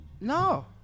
No